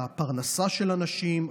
הפרנסה של אנשים,